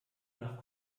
nach